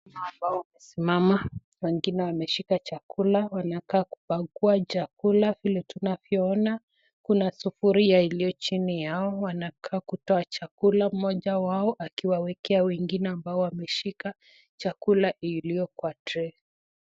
Hawa ambao wamesimama, wengine wameshika chakula. Wanakaa kupakua chakula. Vile tunavyoona kuna sufuria iliyo chini yao, wanakaa kutoa chakula. Mmoja wao akiwawekea wengine ambao wameshika chakula iliyo kwa tray .